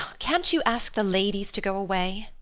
can't you ask the ladies to go away?